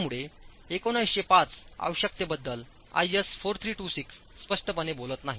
त्यामुळे 1905 आवश्यकतेबद्दल IS 4326 स्पष्टपणे बोलत नाही